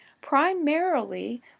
primarily